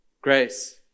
Grace